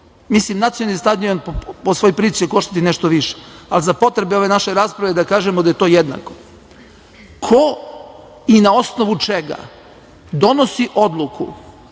vodu. Nacionalni stadion po svoj prilici će koštati nešto više, ali za potrebe ove naše rasprave da kažemo da je to jednako. Dakle, ko i na osnovu čega donosi odluku